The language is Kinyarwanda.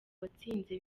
watsinze